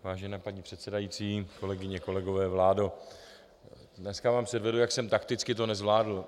Vážená paní předsedající, kolegyně, kolegové, vládo, dneska vám předvedu, jak jsem to takticky nezvládl.